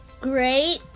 Great